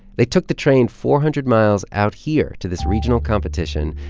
they took the train four hundred miles out here to this regional competition,